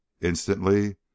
Instantly